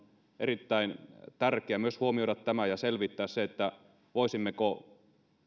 erittäin tärkeää huomioida myös tämä ja selvittää se voisimmeko käytännössä